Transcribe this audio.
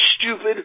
stupid